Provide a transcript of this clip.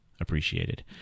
appreciated